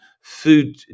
food